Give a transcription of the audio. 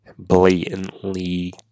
blatantly